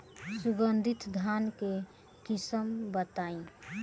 सुगंधित धान के किस्म बताई?